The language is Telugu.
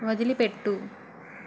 వదిలిపెట్టు